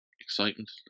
excitement